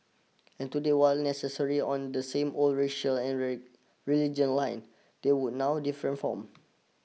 and today while necessary on the same old racial and religion lines they would now different forms